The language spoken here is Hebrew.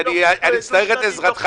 אם יהיה תקציב דו-שנתי הוא יבוא בתוך ...